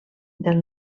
del